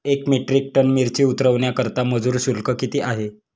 एक metric ton मिरची उतरवण्याकरता मजुर शुल्क किती आहे?